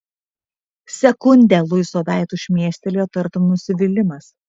sekundę luiso veidu šmėstelėjo tartum nusivylimas